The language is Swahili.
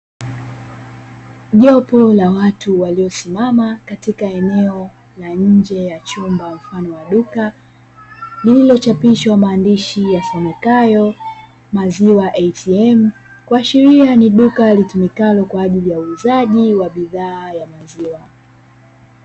Jopo la watu waliosimama katika eneo la nje ya chumba mfano wa duka, lililochapishwa maandishi yasomekayo "Maziwa Atm", kuashiria ni duka litumikalo kwa ajili ya uuzaji wa bidhaa ya maziwa.